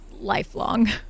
lifelong